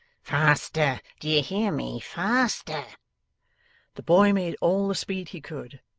faster do you hear me? faster the boy made all the speed he could,